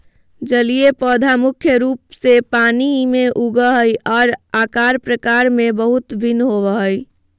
जलीय पौधा मुख्य रूप से पानी में उगो हइ, और आकार प्रकार में बहुत भिन्न होबो हइ